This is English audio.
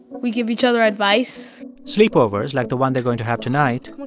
we give each other advice. sleepovers, like the one they're going to have tonight,